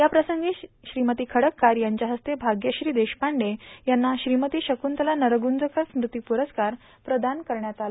याप्रसंगी श्रीमती खड्डकार यांच्या हस्ते भाग्यश्री देशपांडे यांना श्रीमती शक्तंतला नरगुंजकर स्मृती प्ररस्कार प्रदान करण्यात आला